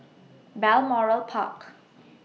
Balmoral Park